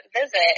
visit